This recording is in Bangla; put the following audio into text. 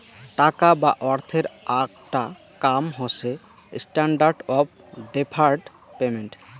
টাকা বা অর্থের আকটা কাম হসে স্ট্যান্ডার্ড অফ ডেফার্ড পেমেন্ট